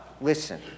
listen